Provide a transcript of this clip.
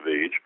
age